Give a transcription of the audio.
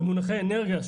במונחי אנרגיה,